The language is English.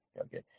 Okay